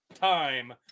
Time